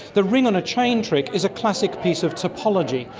the ring on a chain trick is a classic piece of topology.